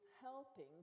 helping